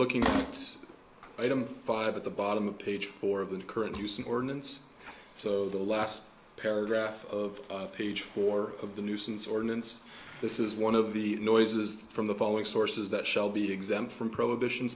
this item five at the bottom of page four of the current usage ordinance so the last paragraph of page four of the nuisance ordinance this is one of the noises from the following sources that shall be exempt from prohibition